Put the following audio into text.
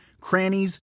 crannies